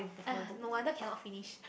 !aiya! no wonder cannot finish